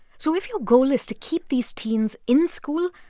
so if your goal is to keep these teens in school,